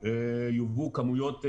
יובאו כמויות גדולות.